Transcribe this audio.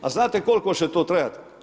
A znate koliko će to trajati?